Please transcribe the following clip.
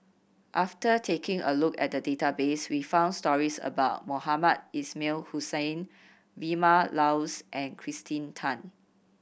after taking a look at the database we found stories about Mohamed Ismail Hussain Vilma Laus and Kirsten Tan